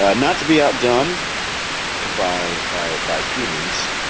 ah not to be outdone by by by humans,